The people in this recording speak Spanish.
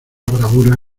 bravura